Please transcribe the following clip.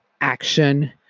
action